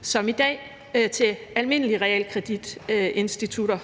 som det, der gælder i dag til almindelige realkreditinstitutter.